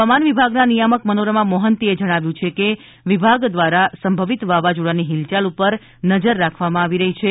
હવામાન વિભાગના નિયામક મનોરમા મોહંતીએ જણાવ્યું હતું કે વિભાગ દ્વારા સંભવિત વાવાઝોડાની હિલયાલ પર નજર રાખવામાં આવી રહી છે